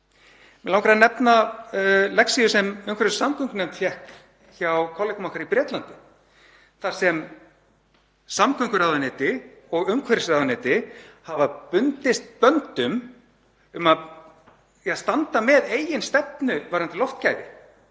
Mig langar að nefna lexíu sem umhverfis- og samgöngunefnd fékk hjá kollegum okkar í Bretlandi þar sem samgönguráðuneyti og umhverfisráðuneyti hafa bundist böndum um að standa með eigin stefnu varðandi loftgæði,